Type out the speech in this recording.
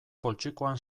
poltsikoan